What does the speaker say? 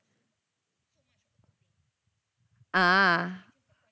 ah